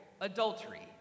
adultery